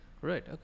Right